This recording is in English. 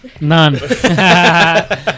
None